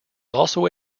also